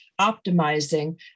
optimizing